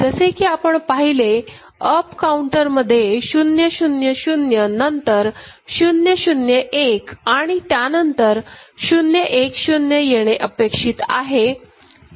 जसे की आपण पाहिले अप काउंटरमध्ये 0 0 0 नंतर 0 0 1 आणि त्यानंतर 0 1 0 येणे अपेक्षित आहे